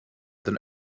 than